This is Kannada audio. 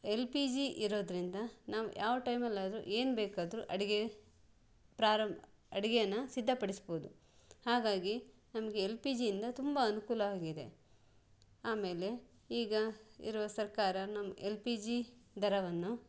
ಎಲ್ ಪಿ ಜಿ ಇರೋದ್ರಿಂದ ನಾವು ಯಾವ ಟೈಮಲ್ಲಿ ಆದರೂ ಏನು ಬೇಕಾದರೂ ಅಡುಗೆ ಪ್ರಾರಂಭ ಅಡುಗೇನ ಸಿದ್ಧ ಪಡಿಸ್ಬೋದು ಹಾಗಾಗಿ ನಮಗೆ ಎಲ್ ಪಿ ಜಿಯಿಂದ ತುಂಬ ಅನುಕೂಲವಾಗಿದೆ ಆಮೇಲೆ ಈಗ ಇರುವ ಸರ್ಕಾರ ನಮ್ಮ ಎಲ್ ಪಿ ಜಿ ದರವನ್ನು